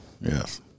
yes